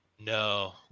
no